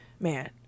man